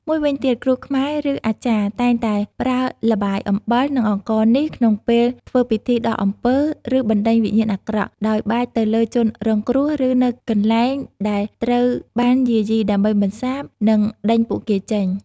មួយវិញទៀត គ្រូខ្មែរ ឬអាចារ្យ តែងតែប្រើល្បាយអំបិល និងអង្ករនេះ ក្នុងពេលធ្វើពិធីដោះអំពើ ឬបណ្ដេញវិញ្ញាណអាក្រក់ ដោយបាចទៅលើជនរងគ្រោះ ឬនៅកន្លែងដែលត្រូវបានយាយី ដើម្បីបន្សាប និងដេញពួកគេចេញ។